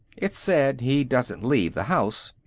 it's said he doesn't leave the house.